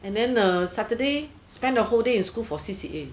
and then uh saturday spend a whole day in school for C_C_A